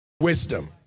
wisdom